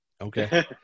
Okay